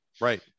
Right